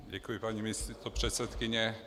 Děkuji, paní místopředsedkyně.